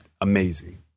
amazing